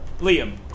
Liam